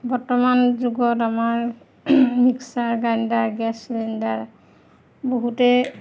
বৰ্তমান যুগত আমাৰ মিক্সাৰ গ্ৰাইণ্ডাৰ গেছ চিলিণ্ডাৰ বহুতেই